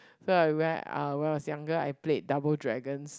so I when uh when I was younger I played Double Dragons